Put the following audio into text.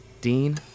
Dean